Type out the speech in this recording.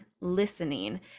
listening